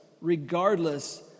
regardless